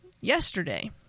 yesterday